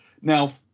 Now